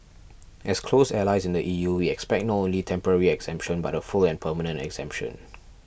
as close allies in the E U we expect not only temporary exemption but a full and permanent exemption